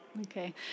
Okay